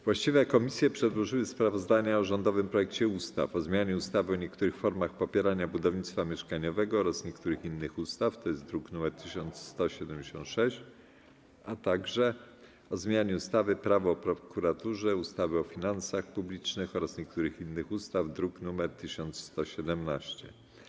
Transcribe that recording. Właściwe komisje przedłożyły sprawozdania o rządowych projektach ustaw: - o zmianie ustawy o niektórych formach popierania budownictwa mieszkaniowego oraz niektórych innych ustaw, druk nr 1176, - o zmianie ustawy - Prawo o prokuraturze, ustawy o finansach publicznych oraz niektórych innych ustaw, druk nr 1117.